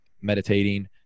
meditating